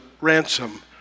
ransom